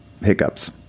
hiccups